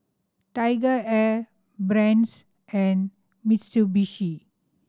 TigerAir Brand's and Mitsubishi